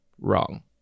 wrong